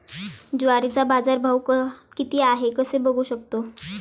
ज्वारीचा बाजारभाव किती आहे कसे बघू शकतो?